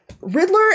Riddler